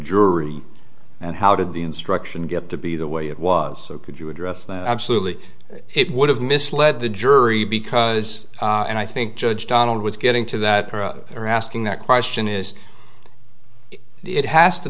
jury and how did the instruction get to be the way it was so could you address that absolutely it would have misled the jury because and i think judge donald was getting to that or are asking that question is it has to